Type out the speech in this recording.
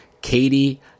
Katie